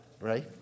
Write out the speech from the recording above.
right